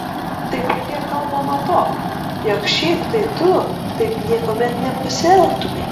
tai pradėk kalbą nuo to jog šiaip tai tu taip niekuomet nepasielgtumei